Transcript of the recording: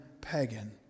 pagan